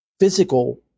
physical